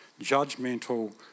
judgmental